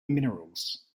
minerals